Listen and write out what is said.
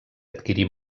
adquirí